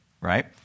Right